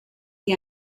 the